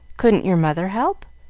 couldn't your mother help?